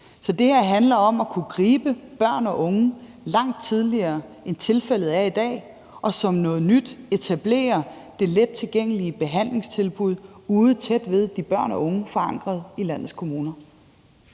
Så det her handler om at kunne gribe børn og unge langt tidligere, end tilfældet er i dag, og som noget nyt etablerer vi det lettilgængelige behandlingstilbud forankret i landets kommuner